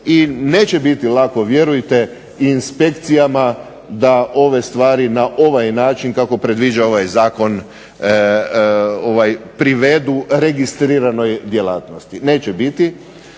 I neće biti lako vjerujte i inspekcijama da ove stvari na ovaj način kako predviđa ovaj zakon privedu registriranoj djelatnosti, neće biti.